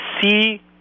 see